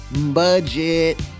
Budget